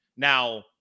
Now